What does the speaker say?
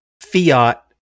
fiat